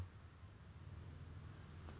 to have long legs when you are hurdle